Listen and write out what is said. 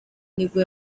nibwo